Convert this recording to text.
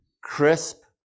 crisp